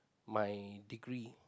my degree